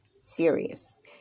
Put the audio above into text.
Serious